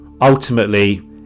Ultimately